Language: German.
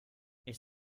ich